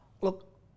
Look